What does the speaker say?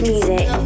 Music